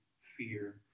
fear